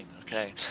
okay